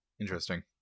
Interesting